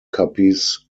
copies